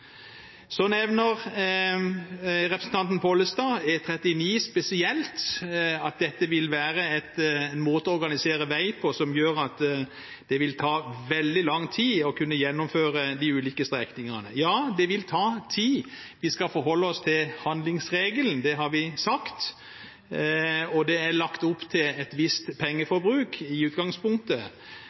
Så nevner representanten Pollestad E39 spesielt – at dette vil være en måte å organisere vei på som gjør at det vil ta veldig lang tid å gjennomføre de ulike strekningene. Ja, det vil ta tid. Vi skal forholde oss til handlingsregelen, det har vi sagt, og det er lagt opp til et visst pengeforbruk i